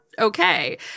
okay